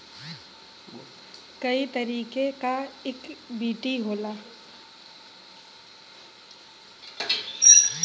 कई तरीके क इक्वीटी होला